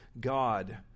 God